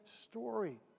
story